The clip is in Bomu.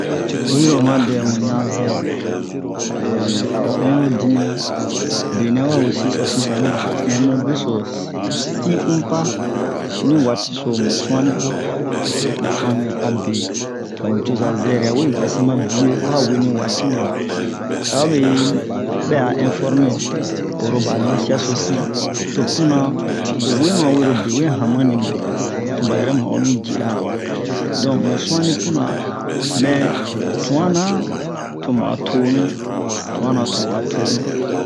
oyiro oma dɛmu ɲan zɛrɛ a o ɛn ho dimiyan benɛ wa wee sisa-sisa a o ɛn mu besosi unpa ni waati so mu sun'anni mu sun'anni abe ɓa nucoza zɛrɛ awe vɛsi ma biye wa wee ni wazti nɛ mu a o abe yi ɓɛ a ɛnfɔrme oro ɓa nasia so si to punna o wema werobe wee hanmani ɓa to ɓa yɛrɛ ma'o mi ci a donk mu sun'anni punna mɛ tunna tomu a tonu tun'anna tomu a tonu